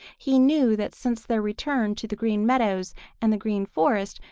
he knew that since their return to the green meadows and the green forest,